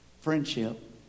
friendship